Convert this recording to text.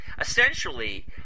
Essentially